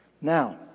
Now